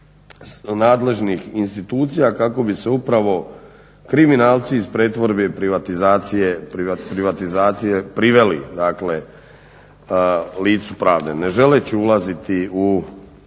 nadležnih institucija kako bi se upravo kriminalci iz pretvorbe i privatizacije priveli licu pravde. Ne želeći ulaziti u